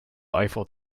eiffel